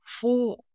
four